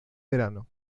verano